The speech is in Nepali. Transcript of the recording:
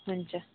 हुन्छ